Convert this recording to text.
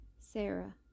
Sarah